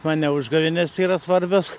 man ne užgavėnės yra svarbios